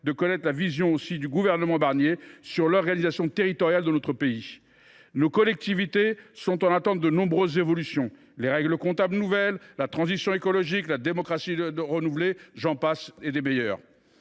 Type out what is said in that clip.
de connaître la vision du gouvernement Barnier sur l’organisation territoriale de notre pays. Nos collectivités sont en attente de nombreuses évolutions : règles comptables nouvelles, transition écologique, démocratie renouvelée, etc. Notre ancien collègue